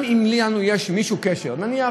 גם אם יש לנו קשר, נניח,